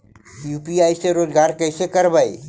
UPI से रोजगार कैसे करबय?